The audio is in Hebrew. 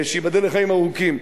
שייבדל לחיים ארוכים,